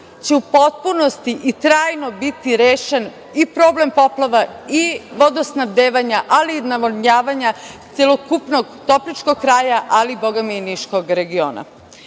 će u potpunosti i trajno biti rešen i problem poplava i vodosnabdevanja, ali i navodnjavanja celokupnog Topličkog kraja, ali bogami i Niškog regiona. Sve